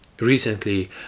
Recently